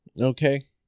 Okay